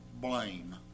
blame